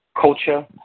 Culture